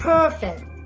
Perfect